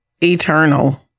eternal